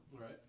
Right